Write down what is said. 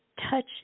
touch